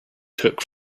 took